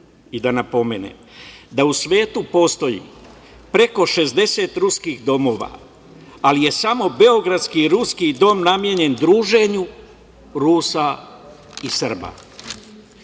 i da napomenem. U svetu postoji preko 60 ruskih domova, ali je samo beogradski Ruski dom namenjen druženju Rusa i Srba. Neke